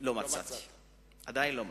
לא מצאתי.